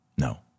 No